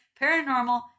paranormal